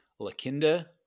Lakinda